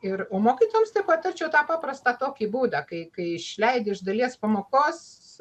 ir o mokytojams tai patarčiau tą paprastą tokį būdą kai kai išleidi iš dalies pamokos